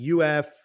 UF